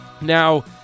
Now